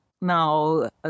Now